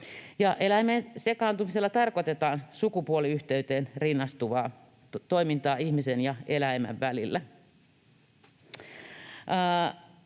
Eläimeen sekaantumisella tarkoitetaan sukupuoliyhteyteen rinnastuvaa toimintaa ihmisen ja eläimen välillä.